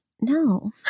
No